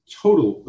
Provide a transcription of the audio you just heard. total